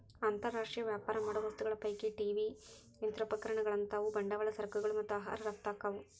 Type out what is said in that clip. ಅಂತರ್ ರಾಷ್ಟ್ರೇಯ ವ್ಯಾಪಾರ ಮಾಡೋ ವಸ್ತುಗಳ ಪೈಕಿ ಟಿ.ವಿ ಯಂತ್ರೋಪಕರಣಗಳಂತಾವು ಬಂಡವಾಳ ಸರಕುಗಳು ಮತ್ತ ಆಹಾರ ರಫ್ತ ಆಕ್ಕಾವು